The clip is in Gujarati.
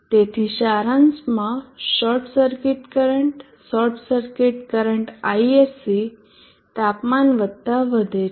તેથી સારાંશમાં short circuit current short circuit current Isc તાપમાન વધતાં વધે છે